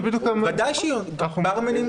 ודאי ש --- לא,